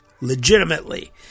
legitimately